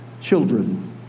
children